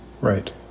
right